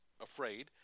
afraid